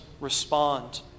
respond